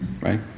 right